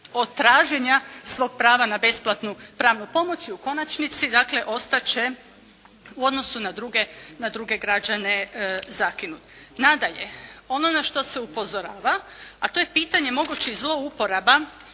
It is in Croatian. od traženja svog prava na besplatnu pravnu pomoć i u konačnici dakle ostat će u odnosu na druge građane zakinut. Nadalje, ono na što se upozorava, a to je pitanje mogućih zlouporaba